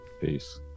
peace